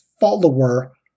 follower